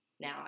Now